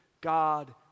God